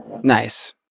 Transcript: nice